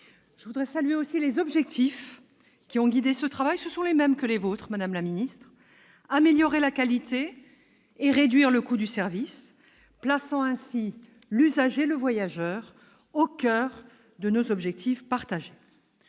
Je veux aussi saluer les objectifs qui ont guidé ce travail, qui sont les mêmes que les vôtres, madame la ministre : améliorer la qualité et réduire le coût du service, plaçant ainsi l'usager, le voyageur au coeur de nos préoccupations.